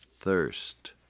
thirst